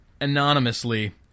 anonymously